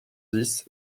dix